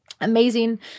Amazing